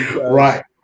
Right